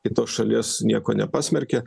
kitos šalies nieko nepasmerkia